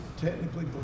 technically